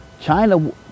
China